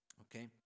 Okay